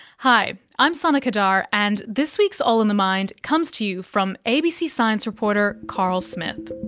hi, i'm sana qadar, and this week's all in the mind comes to you from abc science reporter carl smith.